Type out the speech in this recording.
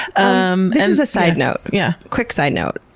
um and is a side note. yeah quick side note,